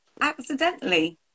accidentally